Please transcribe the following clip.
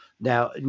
Now